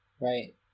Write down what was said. right